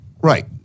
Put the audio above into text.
Right